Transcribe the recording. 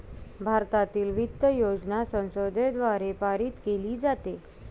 भारतातील वित्त योजना संसदेद्वारे पारित केली जाते